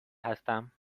هستم